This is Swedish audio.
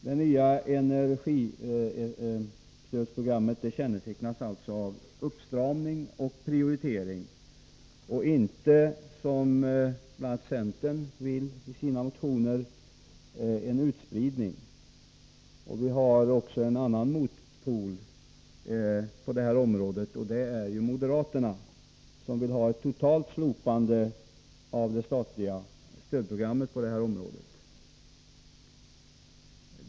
Det nya energistödsprogrammet kännetecknas alltså av uppstramning och prioriteringar och inte, vilket bl.a. centern föreslår i sina motioner, en utspridning. Vi har också en annan motpol, nämligen moderaterna, som vill ha ett totalt slopande av det statliga stödprogrammet på detta område.